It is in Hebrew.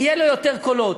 יהיו לו יותר קולות.